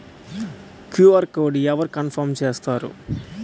QR code అవరు confirm చేస్తారు?